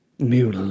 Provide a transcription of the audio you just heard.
new